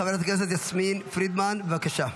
חברת הכנסת יסמין פרידמן, בבקשה.